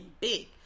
big